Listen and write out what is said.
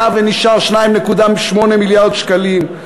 היה ונשאר 2.8 מיליארד שקלים.